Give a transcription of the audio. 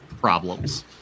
problems